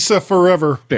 forever